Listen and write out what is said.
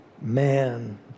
man